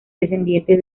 descendiente